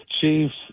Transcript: Chiefs